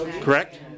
correct